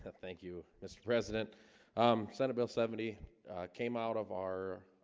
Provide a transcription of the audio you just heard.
thank you mr. president um senate bill seventy k mout of our